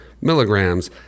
milligrams